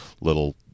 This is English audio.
little